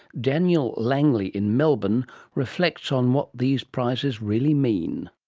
daniel langley in melbourne reflects on what these prizes really mean.